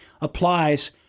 applies